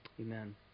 Amen